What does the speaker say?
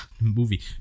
movie